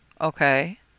Okay